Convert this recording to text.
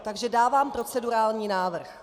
Takže dávám procedurální návrh.